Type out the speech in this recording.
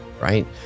right